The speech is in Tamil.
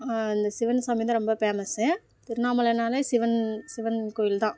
இந்த சிவன் சாமி தான் ரொம்ப பேமஸு திருண்ணாமலைன்னாலே சிவன் சிவன் கோவில் தான்